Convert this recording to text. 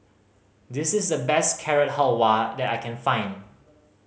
this is the best Carrot Halwa that I can find